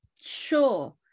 sure